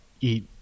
eat